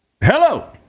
Hello